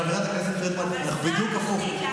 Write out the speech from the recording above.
חברת הכנסת פרידמן, בדיוק הפוך.